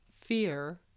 fear